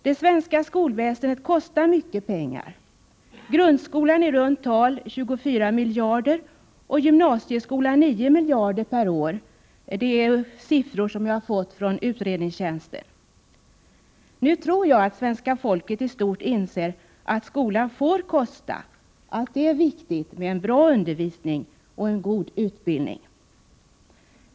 Det svenska skolväsendet kostar mycket pengar. Grundskolan kostar i runt tal 24 miljarder och gymnasieskolan 9 miljarder per år enligt uppgifter jag fått från utredningstjänsten. Jag tror att svenska folket i stort anser att skolan får kosta, att det är viktigt med en bra undervisning och en god utbildning.